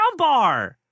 soundbar